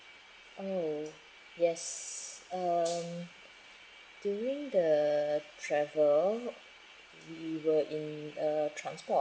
oh yes um during the travel we were in a transport on